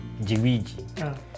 Jiwiji